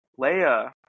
Leia